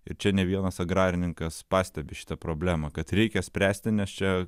ir čia ne vienas agrarininkas pastebi šitą problemą kad reikia spręsti nes čia